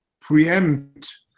preempt